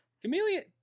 Chameleon